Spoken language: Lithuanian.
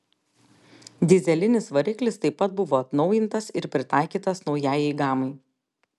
dyzelinis variklis taip pat buvo atnaujintas ir pritaikytas naujajai gamai